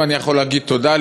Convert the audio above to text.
אם אני יכול להגיד תודה,